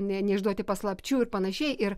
ne neišduoti paslapčių ir panašiai ir